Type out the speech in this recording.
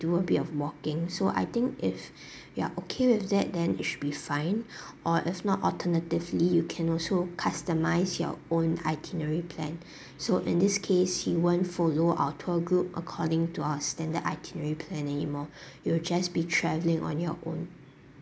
do a bit of walking so I think if you are okay with that then it should be fine or if not alternatively you can also customise your own itinerary plan so in this case you won't follow our tour group according to our standard itinerary planning anymore you'll just be travelling on your own